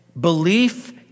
belief